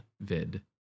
Vid